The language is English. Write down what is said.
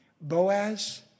Boaz